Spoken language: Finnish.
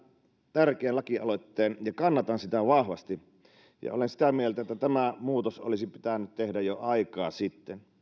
tärkeän lakialoitteen ja kannatan sitä vahvasti ja olen sitä mieltä että tämä muutos olisi pitänyt tehdä jo aikaa sitten